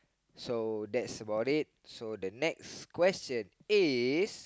so that's about it so the next question is